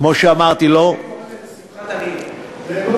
קוראים לזה שמחת עניים.